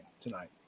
tonight